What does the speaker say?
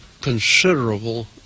considerable